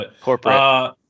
Corporate